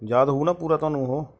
ਯਾਦ ਹੋਊ ਨਾ ਪੂਰਾ ਤੁਹਾਨੂੰ ਉਹ